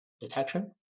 detection